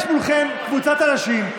יש מולכם קבוצת אנשים,